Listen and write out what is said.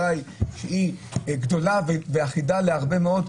שהיא גדולה ואחידה להרבה מאוד,